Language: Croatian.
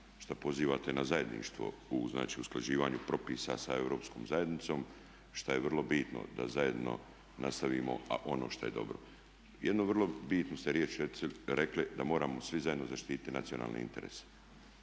što pozivate na zajedništvo u znači usklađivanju propisa sa Europskom zajednicom što je vrlo bitno da zajedno nastavimo, a ono što je dobro. Jednu vrlo bitnu ste riječ rekli, da moramo svi zajedno zaštititi nacionalne interese